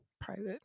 private